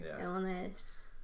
illness